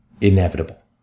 inevitable